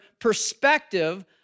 perspective